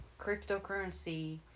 cryptocurrency